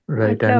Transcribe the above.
right